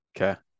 okay